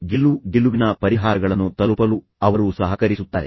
ಗೆಲುವು ಗೆಲುವಿನ ಪರಿಹಾರಗಳನ್ನು ತಲುಪಲು ಅವರು ಸಹಕರಿಸುತ್ತಾರೆ